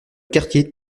quartier